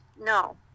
no